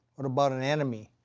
what about an enemy?